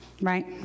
right